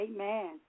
Amen